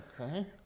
Okay